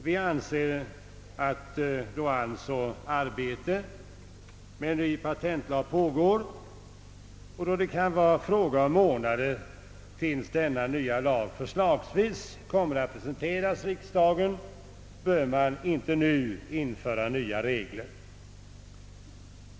Då arbete pågår med en ny patentlag och då det kan vara en fråga om månader innan denna nya lag förslagsvis kommer att presenteras för riksdagen, anser vi alltså att man inte nu bör införa nya regler.